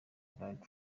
donald